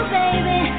baby